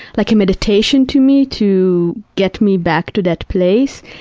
like a meditation to me to get me back to that place,